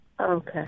Okay